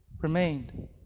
remained